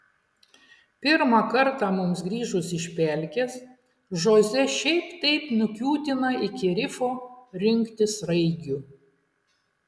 pirmą kartą mums grįžus iš pelkės žoze šiaip taip nukiūtina iki rifo rinkti sraigių